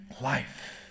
life